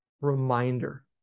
reminder